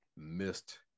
missed